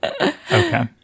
Okay